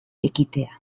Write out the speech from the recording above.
ekitea